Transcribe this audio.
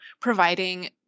providing